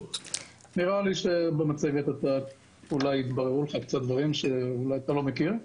נראה לי שאולי במצגת יתבררו לך קצת דברים שאולי אתה לא מכיר.